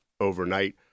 overnight